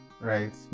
right